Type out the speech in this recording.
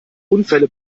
unfälle